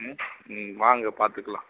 ம் நீங்கள் வாங்க பார்த்துக்கலாம்